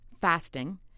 fasting